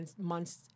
months